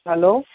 hello